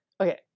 Okay